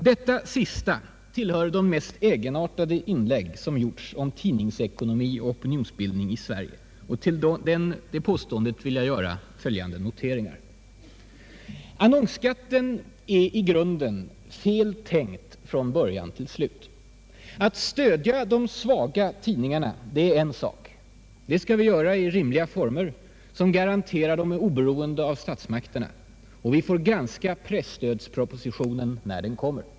Detta sista tillhör de mest egenartade inlägg som gjorts om tidningsekonomi och opinionsbildning i Sverige. Till det påståendet vill jag göra följande noteringar. Annonsskatten är i grunden fel tänkt från början till slut. Att stödja de svaga tidningarna är en sak. Det skall vi göra i rimliga former, som garanterar dem oberoende av statsmakterna. Vi får granska presstödspropositionen när den kommer.